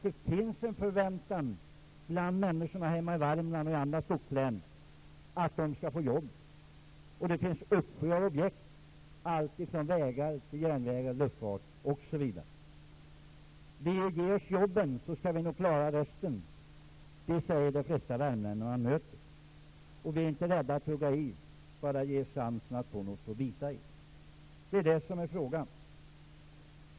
Det finns en förväntan bland människorna hemma i Värmland och i skogslänen att de skall få jobb. Det finns en uppsjö av objekt allt ifrån vägar, järnvägar, luffart osv. Får vi jobben skall vi nog klara av resten, säger de flesta värmlänningar nu. Vi är inte rädda att hugga i bara vi får chansen att ha någonting att bita i. Det är detta som är frågan.